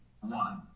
one-